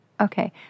Okay